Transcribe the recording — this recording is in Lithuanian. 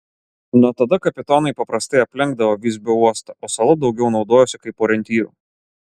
nuo tada kapitonai paprastai aplenkdavo visbio uostą o sala daugiau naudojosi kaip orientyru